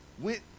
Went